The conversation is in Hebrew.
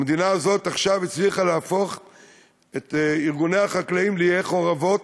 המדינה הזאת עכשיו הצליחה להפוך את ארגוני החקלאים לעיי חורבות